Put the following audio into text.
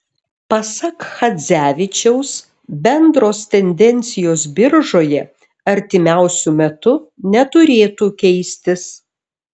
pasak chadzevičiaus bendros tendencijos biržoje artimiausiu metu neturėtų keistis